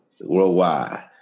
Worldwide